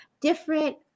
different